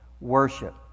worship